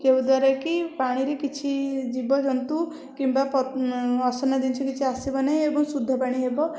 ଯେଉଁ ଦ୍ୱାରା କି ପାଣିରେ କିଛି ଜୀବଜନ୍ତୁ କିମ୍ବା ଅସନା ଜିନିଷ କିଛି ଆସିବ ନାହିଁ ଏବଂ ଶୁଦ୍ଧ ପାଣି ହେବ